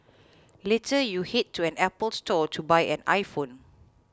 later you head to an Apple Store to buy an iPhone